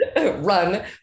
run